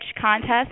Contest